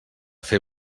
fer